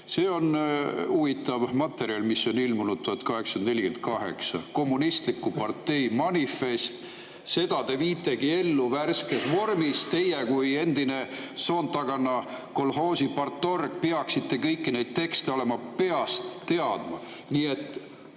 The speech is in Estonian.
See on huvitav materjal, mis on ilmunud 1848, "Kommunistliku partei manifest". Seda te viitegi ellu värskes vormis. Teie kui endine Soontagana kolhoosi partorg peaksite kõiki neid tekste peast teadma.